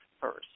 first